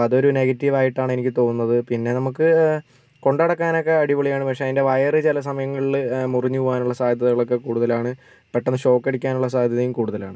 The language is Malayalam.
അപ്പം അതൊരു നെഗറ്റീവായിട്ടാണ് എനിക്ക് തോന്നുന്നത് പിന്നെ നമുക്ക് കൊണ്ട് നടക്കാനക്കെ അടിപൊളിയാണ് പക്ഷേ അതിൻ്റെ വയറ് ചില സമയങ്ങളിൽ മുറിഞ്ഞ് പോകാനുള്ള സാധ്യതകളൊക്കെ കൂടുതലാണ് പെട്ടെന്ന് ഷോക്ക് അടിക്കാനുള്ള സാധ്യതയും കൂടുതലാണ്